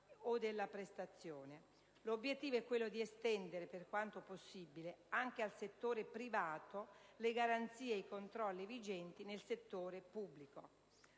L'obiettivo è quello di estendere, per quanto possibile, anche al settore privato le garanzie e i controlli vigenti nel settore pubblico